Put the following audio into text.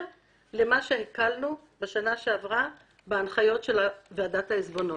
למה שהקלנו בשנה שעברה בהנחיות של ועדת העיזבונות.